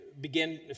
begin